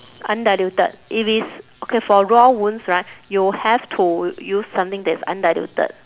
undiluted if it's okay for raw wounds right you have to use something that's undiluted